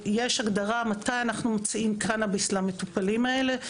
יש הגדרה מתי אנחנו מוציאים קנביס למטופלים האלה.